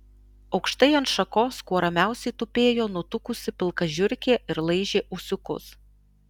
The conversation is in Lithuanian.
aukštai ant šakos kuo ramiausiai tupėjo nutukusi pilka žiurkė ir laižė ūsiukus